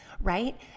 right